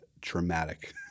traumatic